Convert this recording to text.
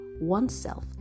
oneself